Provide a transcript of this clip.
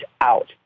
out